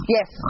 Yes